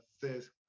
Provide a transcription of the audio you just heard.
says